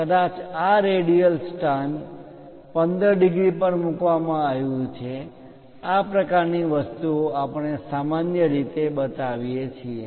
કદાચ આ રેડિયલ સ્થાન 15 ડિગ્રી પર મૂકવામાં આવ્યું છે આ પ્રકારની વસ્તુઓ આપણે સામાન્ય રીતે બતાવીએ છીએ